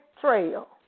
trail